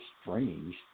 strange